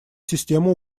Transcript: систему